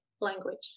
language